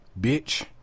Bitch